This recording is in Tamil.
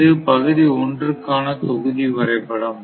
இது பகுதி ஒன்றுக்கான தொகுதி வரைபடம்